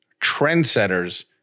trendsetters